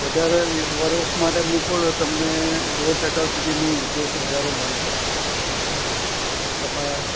વધારે વર્ષ માટે મૂકો તો તમને દોઢ ટકા સુધીનું ઇન્ટરેસ્ટ વધારે મળી શકે છે તમારે